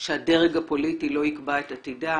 שהדרג הפוליטי לא יקבע את עתידה.